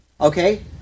Okay